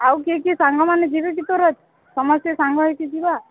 ଆଉ କିଏ କିଏ ସାଙ୍ଗମାନେ ଯିବେ କି ତୋର ସମସ୍ତେ ସାଙ୍ଗ ହେଇକି ଯିବା